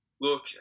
Look